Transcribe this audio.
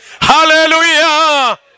Hallelujah